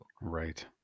Right